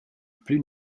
plü